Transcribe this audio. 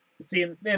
see